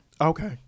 okay